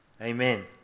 amen